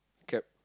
cab